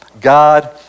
God